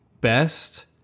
best